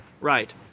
right